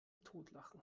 totlachen